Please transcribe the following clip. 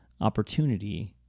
opportunity